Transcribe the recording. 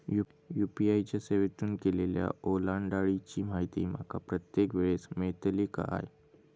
UPI च्या सेवेतून केलेल्या ओलांडाळीची माहिती माका प्रत्येक वेळेस मेलतळी काय?